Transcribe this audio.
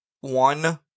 one